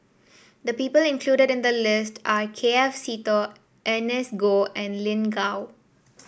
the people included in the list are K F Seetoh Ernest Goh and Lin Gao